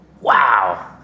wow